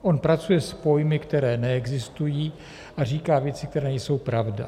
On pracuje s pojmy, které neexistují, a říká věci, které nejsou pravda.